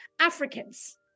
Africans